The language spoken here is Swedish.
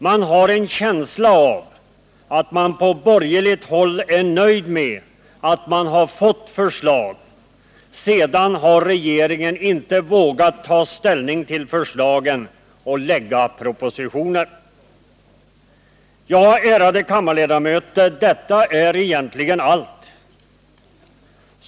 Man har en känsla av att man på borgerligt håll är nöjd med att man har fått förslag — sedan har regeringen inte vågat ta ställning till förslagen och lägga propositioner. Ja, ärade kammarledamöter, detta är allt.